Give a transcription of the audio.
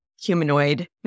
humanoid